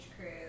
crew